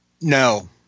No